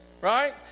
right